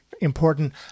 important